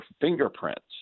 fingerprints